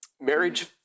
marriage